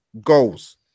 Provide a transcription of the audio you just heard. goals